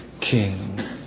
King